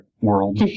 world